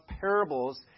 parables